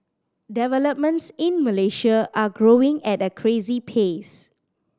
developments in Malaysia are growing at a crazy pace